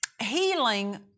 Healing